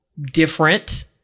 different